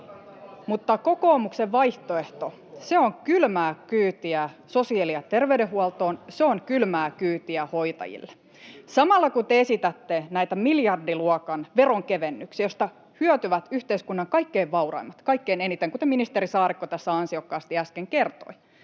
Mutta kokoomuksen vaihtoehto — se on kylmää kyytiä sosiaali- ja terveydenhuoltoon, ja se on kylmää kyytiä hoitajille. Samanaikaisesti, kun te esitätte näitä miljardiluokan veronkevennyksiä, joista hyötyvät yhteiskunnan kaikkein vauraimmat kaikkein eniten, kuten ministeri Saarikko tässä ansiokkaasti äsken kertoi,